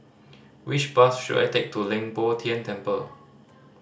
which bus should I take to Leng Poh Tian Temple